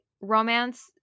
romance